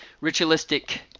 ritualistic